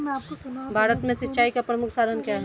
भारत में सिंचाई का प्रमुख साधन क्या है?